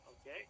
okay